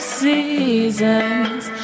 seasons